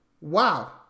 wow